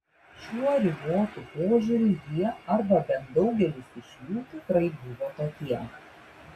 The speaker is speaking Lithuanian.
šiuo ribotu požiūriu jie arba bent daugelis iš jų tikrai buvo tokie